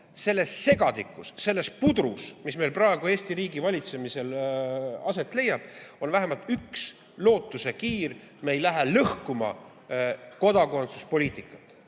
selles segadikus, selles pudrus, mis meil praegu Eesti riigi valitsemisel on. Siis on vähemalt üks lootusekiir: me ei lähe lõhkuma kodakondsuspoliitikat.